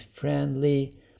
friendly